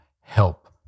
help